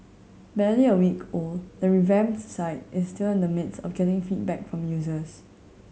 barely a week old the revamped site is still in the midst of getting feedback from users